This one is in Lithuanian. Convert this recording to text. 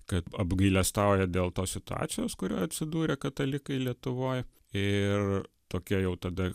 kad apgailestauja dėl tos situacijos kurioj atsidūrė katalikai lietuvoj ir tokia jau tada